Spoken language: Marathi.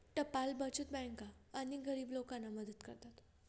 टपाल बचत बँका अनेक गरीब लोकांना मदत करतात